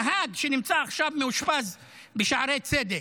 נהג שנמצא עכשיו מאושפז בשערי צדק.